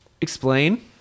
Explain